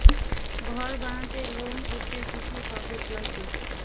ঘর বানাতে লোন করতে কি কি কাগজ লাগবে?